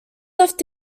left